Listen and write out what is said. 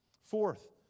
Fourth